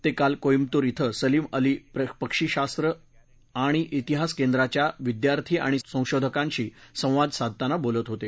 ते काल कोईम्बतूर श्वे सलिम अली पक्षीशास्त्र आणि तिहास केंद्राच्या विद्यार्थी आणि संशोधकांशी संवाद साधताना बोलत होते